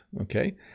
okay